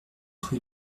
rue